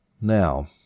Now